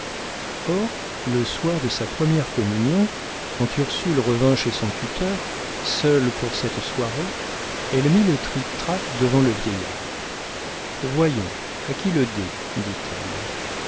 or le soir de sa première communion quand ursule revint chez son tuteur seul pour cette soirée elle mit le trictrac devant le vieillard voyons à qui le dé dit-elle